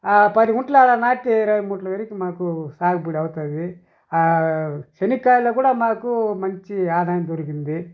పది మూట్లు అలా నాటితే ఇరవై మూట్ల వరికి మాకు సాగుబడి అవుతుంది చెనిక్కాయలలో కూడా మాకు మంచి ఆదాయం దొరికింది